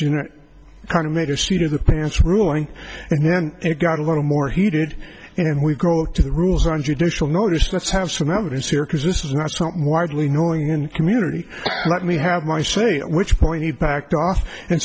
know kind of made a state of the plants ruling and then it got a little more heated and we go to the rules on judicial notice let's have some evidence here because this is not something widely knowing in community let me have my say at which point he backed off and